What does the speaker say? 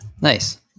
Nice